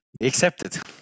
Accepted